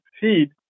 feed